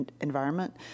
environment